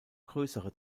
größere